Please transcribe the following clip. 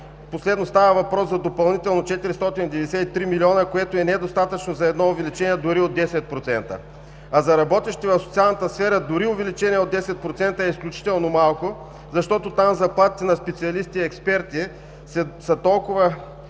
последно става въпрос за допълнителни 493 милиона, което е недостатъчно за увеличение дори от 10%. За работещите в социалната сфера дори увеличение от 10% е изключително малко, защото там заплатите на специалисти и експерти са толкова